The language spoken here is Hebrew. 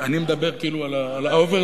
אני מדבר כאילו על האוברדרפט,